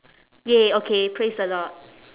!yay! okay praise the lord